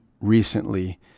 recently